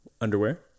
underwear